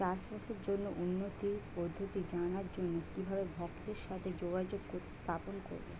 চাষবাসের জন্য উন্নতি পদ্ধতি জানার জন্য কিভাবে ভক্তের সাথে যোগাযোগ স্থাপন করব?